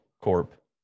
corp